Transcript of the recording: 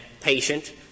patient